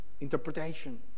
interpretation